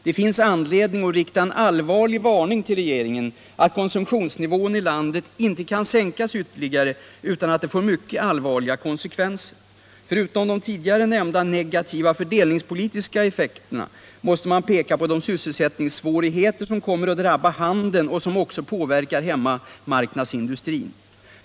Det finns anledning att rikta en allvarlig varning till regeringen att konsumtionsnivån i landet inte kan sänkas ytterligare utan att det får mycket allvarliga konsekvenser. Förutom den tidigare nämnda negativa fördelningspolitiska effekten måste man peka på de sysselsättningssvårigheter som kommer att drabba handeln och som också påverkar hemmamarknadsindustrin.